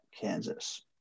Kansas